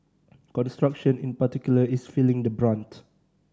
construction in particular is feeling the brunt